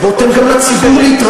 אז בוא תן גם לציבור להתרשם.